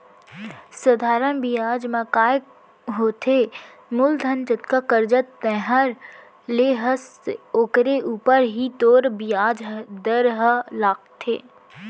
सधारन बियाज म काय होथे मूलधन जतका करजा तैंहर ले हस ओकरे ऊपर ही तोर बियाज दर ह लागथे